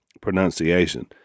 pronunciation